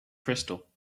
crystal